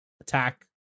attack